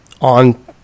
on